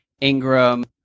Ingram